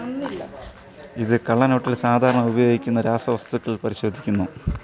ഇത് കള്ളനോട്ടില് സാധാരണ ഉപയോഗിക്കുന്ന രാസവസ്തുക്കൾ പരിശോധിക്കുന്നു